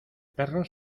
perro